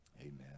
Amen